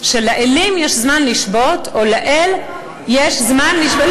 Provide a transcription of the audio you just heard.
שלאלים יש זמן לשבות או לאל יש זמן לשבות.